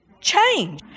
Change